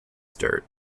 sturt